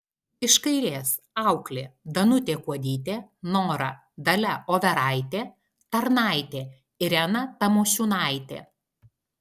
iš kairės auklė danutė kuodytė nora dalia overaitė tarnaitė irena tamošiūnaitė